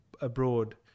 abroad